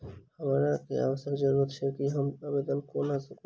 यदि हमरा आवासक जरुरत छैक तऽ हम आवेदन कोना करबै?